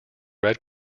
red